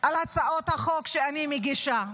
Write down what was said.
על הצעות חוק שאני מגישה,